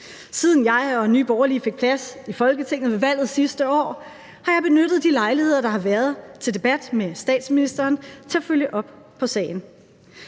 Siden jeg og Nye Borgerlige fik plads i Folketinget ved valget sidste år, har jeg benyttet de lejligheder, der har været til debat med statsministeren, til at følge op på sagen.